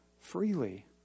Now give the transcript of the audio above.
freely